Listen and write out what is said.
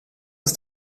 ist